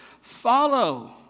follow